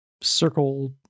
circle